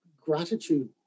gratitude